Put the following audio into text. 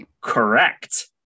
Correct